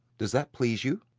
does that please you?